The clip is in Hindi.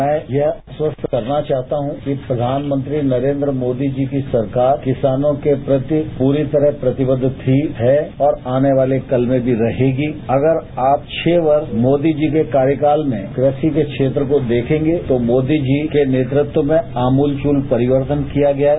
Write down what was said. मैं यह आश्वस्त करना चाहता हूं कि प्रधानमंत्री नरेन्द्र मोदी जी की सरकार किसानों के प्रति पूरी तरह प्रतिबद्ध थी है और आने वाले कल में भी रहेगी अगर आप छह वर्ष मोदी जी के कार्यकाल में कृषि के क्षेत्र को देखेंगे तो मोदी जी के नेतृत्व में आमूलचूल परिवर्तन किया गया है